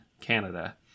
Canada